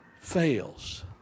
fails